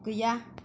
गैया